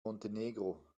montenegro